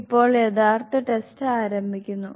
ഇപ്പോൾ യഥാർത്ഥ ടെസ്റ്റ് ആരംഭിക്കുന്നു